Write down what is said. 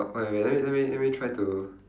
oh ya let me let me let me try to